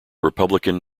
republican